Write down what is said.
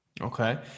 Okay